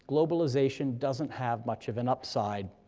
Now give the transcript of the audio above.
globalization doesn't have much of an upside.